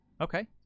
okay